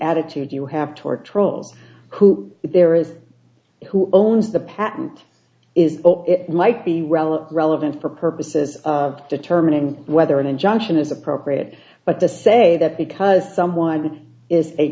attitude you have toward trolls who there is who owns the patent is it might be relevant relevant for purposes of determining whether an injunction is appropriate but the say that because someone is